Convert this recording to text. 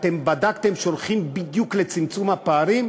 אתם בדקתם שהולכים בדיוק לצמצום הפערים?